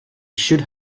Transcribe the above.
should